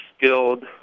skilled